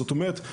זאת אומרת,